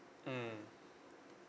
mmhmm